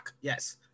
Yes